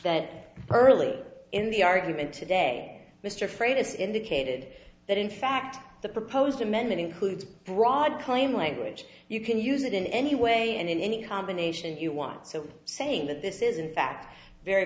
that early in the argument today mr freydis indicated that in fact the proposed amendment includes broad claim language you can use it in any way and in any combination you want so saying that this is in fact very